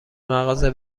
مغازه